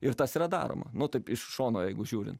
ir tas yra daroma nu taip iš šono jeigu žiūrint